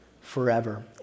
forever